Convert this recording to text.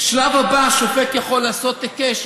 בשלב הבא השופט יכול לעשות היקש,